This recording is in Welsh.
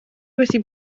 wedi